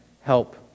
help